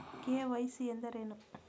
KYC ಎಂದರೇನು?